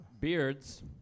beards